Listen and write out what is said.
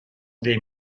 des